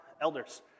elders